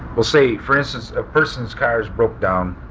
well, see, for instance, a person's car is broke down.